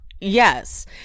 Yes